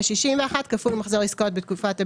שישים ואחת כפול מחזור עסקאות בתקופת הבסיס,